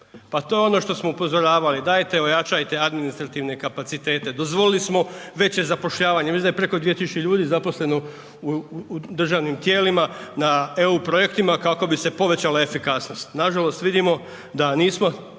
Pa to je ono što smo upozoravali, dajte ojačajte administrativne kapacitet, dozvolili smo veće zapošljavanje, ja mislim da je preko 2000 ljudi zaposleno u državnim tijelima na EU projektima kako bi se povećala efikasnost, nažalost vidimo da nismo